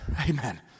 Amen